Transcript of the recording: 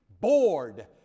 bored